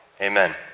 amen